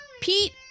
Pete